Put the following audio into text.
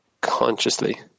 consciously